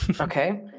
Okay